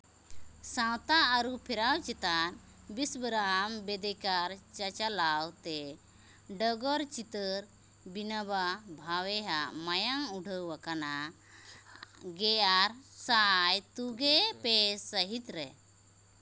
ᱥᱟᱶᱛᱟ ᱟᱹᱨᱩᱼᱯᱷᱮᱨᱟᱣ ᱪᱮᱛᱟᱱ ᱵᱤᱥ ᱜᱨᱟᱢ ᱵᱮᱫᱮᱠᱟᱨ ᱪᱟᱪᱟᱞᱟᱣ ᱛᱮ ᱰᱚᱜᱚᱨ ᱪᱤᱛᱟᱹᱨ ᱵᱤᱱᱯᱵᱟᱟ ᱵᱷᱟᱵᱮᱭᱟᱜ ᱢᱟᱭᱟᱝ ᱩᱰᱷᱟᱹᱣᱟᱠᱟᱱᱟ ᱜᱮ ᱟᱨᱮ ᱥᱟᱭ ᱛᱩᱜᱮ ᱯᱮ ᱥᱟᱹᱦᱤᱛ ᱨᱮ